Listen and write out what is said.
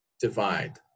divide